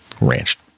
ranch